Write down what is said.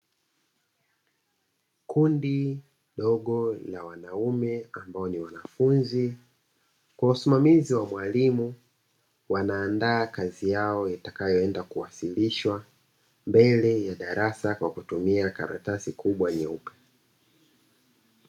Kundi dogo la wanaume ambao ni wanafunzi, kwa usimamizi wa mwalimu wanaandaa kazi yao itakayoenda kuwasilishwa mbele ya darasa kwa kutumia karatasi nyeupe.